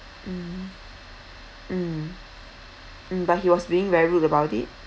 mm mm but he was being very rude about it